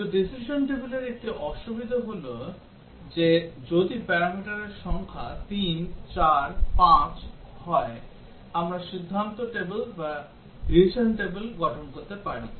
কিন্তু decision tableর একটি অসুবিধা হল যে যদি প্যারামিটারের সংখ্যা 3 4 5 হয় আমরা decision table গঠন করতে পারি